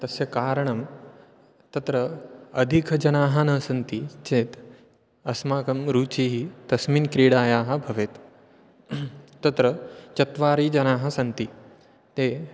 तस्य कारणं तत्र अधिकजनाः न सन्ति चेत् अस्माकं रुचिः तस्मिन् क्रीडायाः भवेत् तत्र चत्वारि जनाः सन्ति ते